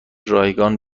رایگان